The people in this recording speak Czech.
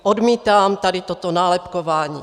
Odmítám tady toto nálepkování.